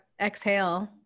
exhale